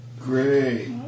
Great